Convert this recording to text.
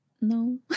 No